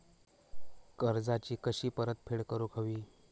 कर्जाची कशी परतफेड करूक हवी?